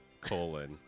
colon